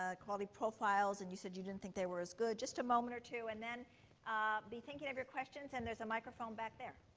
ah quality profiles. and you said you didn't think they were as good just a moment or two. and then be thinking of your questions. and there's a microphone back there.